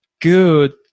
good